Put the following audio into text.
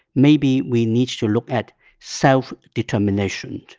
maybe we needed to look at self-determination